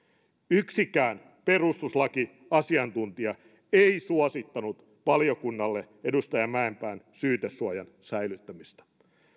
yksikään perustuslakiasiantuntija ei suosittanut valiokunnalle edustaja mäenpään syytesuojan säilyttämistä